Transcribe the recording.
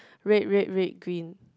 red red red green